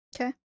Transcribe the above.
Okay